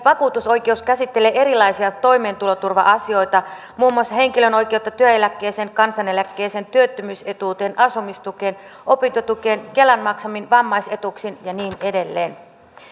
vakuutusoikeus käsittelee erilaisia toimeentuloturva asioita muun muassa henkilön oikeutta työeläkkeeseen kansaneläkkeeseen työttömyysetuuteen asumistukeen opintotukeen kelan maksamiin vammaisetuuksiin ja niin edelleen